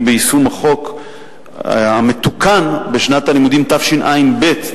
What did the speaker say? ביישום החוק המתוקן בשנת הלימודים התשע"ב,